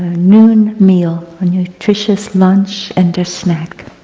noon meal, a nutritious lunch and a snack.